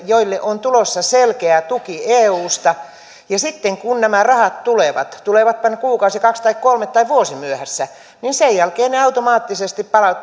joille on tulossa selkeä tuki eusta ja sitten kun nämä rahat tulevat tulevatpa ne kuukausi kaksi tai kolme tai vuosi myöhässä sen jälkeen ne automaattisesti